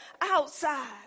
outside